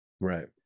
right